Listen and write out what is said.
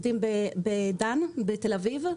שעבדו בדן בתל אביב.